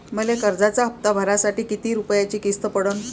मले कर्जाचा हप्ता भरासाठी किती रूपयाची किस्त पडन?